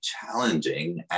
challenging